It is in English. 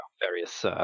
various